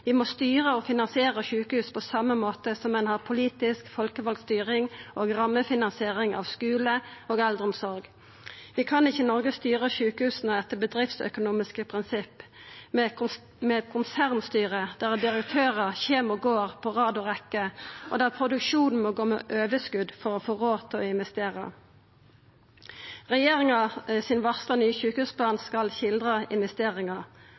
Vi må styra og finansiera sjukehus på same måte som ein har politisk folkevald styring og rammefinansiering av skule og eldreomsorg. Vi kan ikkje styra sjukehusa i Noreg etter bedriftsøkonomiske prinsipp, med konsernstyre der direktørar kjem og går på rekkje og rad, og der produksjonen må gå med overskot for å få råd til å investera. Den varsla nye sjukehusplanen til regjeringa skal skildra investeringar